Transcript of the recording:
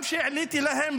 גם כשהעליתי להם,